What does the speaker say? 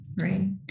right